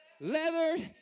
Leather